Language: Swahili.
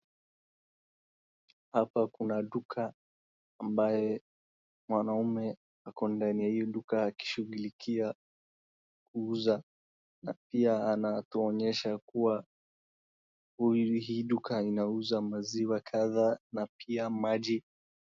Hapa kuna duka ambaye mwanaume ako ndani ya hii duka akishughulikia kuuza na pia anatuonyesha kuwa hii duka inauza maziwa kadhaa na pia maji.